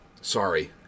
Sorry